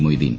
Moideen